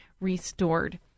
restored